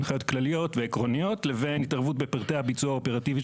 הנחיות כלליות ועקרוניות לבין התערבות בפרטי הביצוע האופרטיבית